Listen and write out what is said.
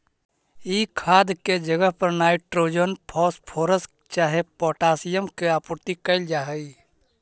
ई खाद के जगह पर नाइट्रोजन, फॉस्फोरस चाहे पोटाशियम के आपूर्ति कयल जा हई